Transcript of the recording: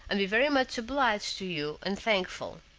and be very much obliged to you, and thankful.